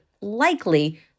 likely